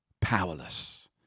powerless